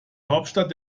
hauptstadt